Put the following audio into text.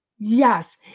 Yes